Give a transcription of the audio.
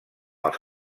els